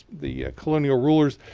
the colonial rulers,